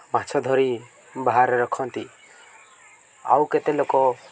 ମାଛ ଧରି ବାହାରେ ରଖନ୍ତି ଆଉ କେତେ ଲୋକ